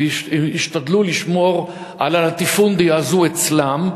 וישתדלו לשמור על הלטיפונדיה הזו אצלם,